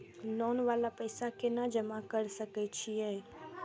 Loan वाला पैसा केना जमा कर सके छीये?